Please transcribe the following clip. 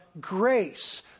grace